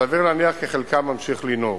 סביר להניח כי חלקם ממשיך לנהוג.